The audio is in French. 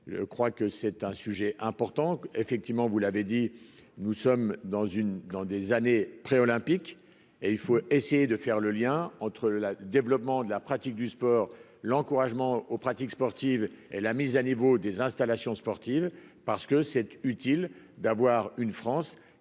je crois que c'est un sujet important, effectivement, vous l'avez dit, nous sommes dans une, dans des années pré-olympique et il faut essayer de faire le lien entre la développement de la pratique du sport, l'encouragement aux pratiques sportives et la mise à niveau des installations sportives parce que c'est utile d'avoir une France